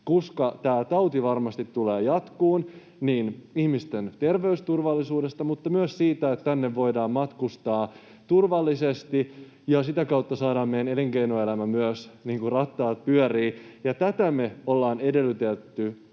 koska tämä tauti varmasti tulee jatkumaan — ihmisten terveysturvallisuudesta mutta myös siitä, että tänne voidaan matkustaa turvallisesti ja sitä kautta saadaan myös meidän elinkeinoelämän rattaat pyörimään. Ja tätä me ollaan edellytetty,